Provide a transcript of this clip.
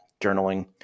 journaling